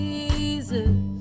Jesus